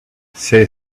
say